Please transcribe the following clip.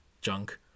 junk